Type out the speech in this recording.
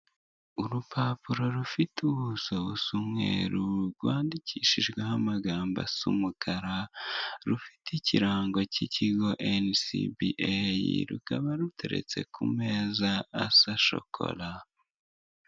Urupapuro rufite ubuso busa umweru rwandikishijweho amagambo asa umukara rufite ikirango k'ikigo NCBA rukaba ruteretse ku meza asa shokora.